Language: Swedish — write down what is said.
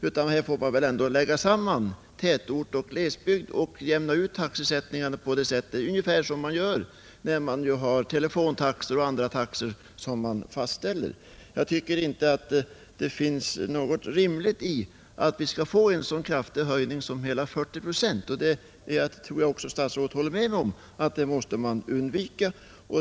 Man får väl ändå lägga samman tätorter och glesbygd och jämna ut taxesättningen på det sättet ungefär som sker beträffande telefontaxor och andra taxor. Jag tycker inte att det är rimligt att vi skall få en så kraftig höjning som hela 40 procent. Jag tror att även statsrådet håller med mig om att en sådan höjning måste man undvika.